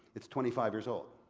it's twenty five years old.